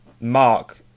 Mark